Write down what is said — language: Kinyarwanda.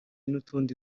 n’utundi